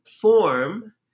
form